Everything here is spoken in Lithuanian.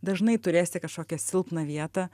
dažnai turėsi kažkokią silpną vietą